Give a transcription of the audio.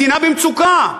מדינה במצוקה.